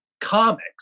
comics